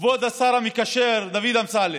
כבוד השר המקשר דוד אמסלם.